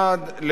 אני מבין